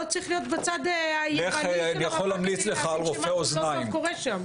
לא צריך להיות בצד הימני של המפה כדי להבין שמשהו לא טוב קורה שם.